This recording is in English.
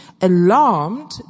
Alarmed